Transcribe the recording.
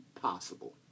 possible